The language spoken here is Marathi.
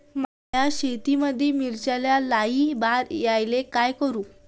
माया शेतामंदी मिर्चीले लई बार यायले का करू?